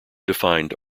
defined